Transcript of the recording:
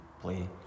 play